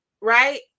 right